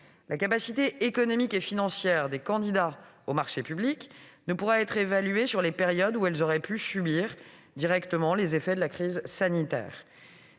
la capacité économique et financière des candidats aux marchés publics ne pourra être évaluée sur les périodes où ils auraient pu directement subir les effets de la crise sanitaire.